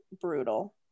brutal